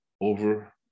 over